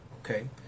Okay